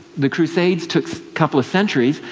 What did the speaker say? the crusades took a couple of centuries,